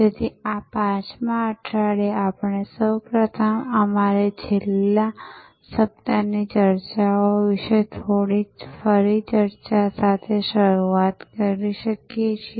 તેથી આ પાંચમાં અઠવાડિયે આપણે સૌપ્રથમ અમારી છેલ્લા સપ્તાહની ચર્ચાઓ વિશે થોડી ફરી ચર્ચા સાથે શરૂઆત કરી શકીએ છીએ